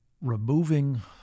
removing